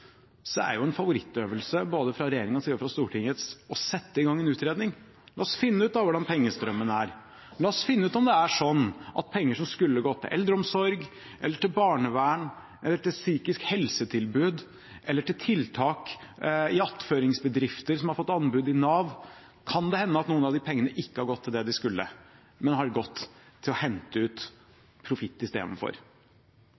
er jo en favorittøvelse både fra regjeringens side og fra Stortingets å sette i gang en utredning. La oss da finne ut hvordan pengestrømmen er. La oss finne ut om det er sånn at penger som skulle gått til eldreomsorg, til barnevern, til psykisk helsetilbud eller til tiltak i attføringsbedrifter som har fått anbud i Nav, kan hende ikke har gått til det de skulle, men har gått til å hente ut